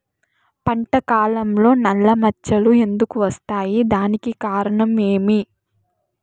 పంట కాలంలో నల్ల మచ్చలు ఎందుకు వస్తాయి? దానికి కారణం ఏమి?